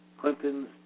Clinton's